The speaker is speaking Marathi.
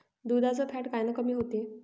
दुधाचं फॅट कायनं कमी होते?